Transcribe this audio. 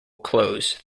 closed